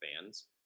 fans